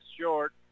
short